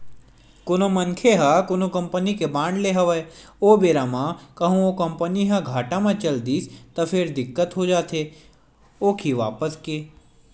कोनो मनखे ह कोनो कंपनी के बांड लेय हवय ओ बेरा म कहूँ ओ कंपनी ह घाटा म चल दिस त फेर दिक्कत हो जाथे ओखी वापसी के